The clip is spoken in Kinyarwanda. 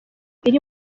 iri